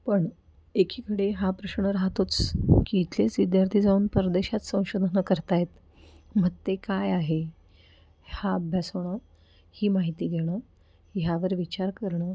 पण एकीकडे हा प्रश्न राहतोच की इथलेच विद्यार्थी जाऊन परदेशात संशोधनं करत आहेत म्हणजे ते काय आहे हा अभ्यास होणं ही माहिती घेणं ह्यावर विचार करणं